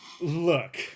Look